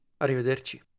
Arrivederci